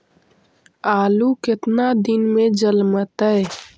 आलू केतना दिन में जलमतइ?